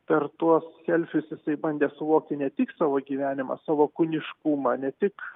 per tuos selfius jisai bandė suvokti ne tik savo gyvenimą savo kūniškumą ne tik